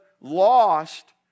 lost